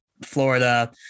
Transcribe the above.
Florida